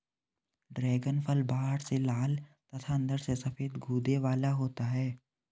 dragon फल बाहर से लाल तथा अंदर से सफेद गूदे वाला होता है